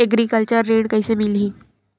Agriculture ऋण कइसे मिलही?